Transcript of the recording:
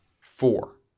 four